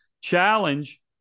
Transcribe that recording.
challenge